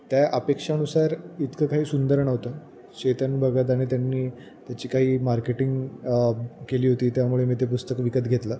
त्या अपेक्षाानुसार इतकं काही सुंदर नव्हतं चेतन भगत आणि त्यांनी त्याची काही मार्केटिंग केली होती त्यामुळे मी ते पुस्तक विकत घेतलं